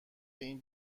این